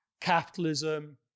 Capitalism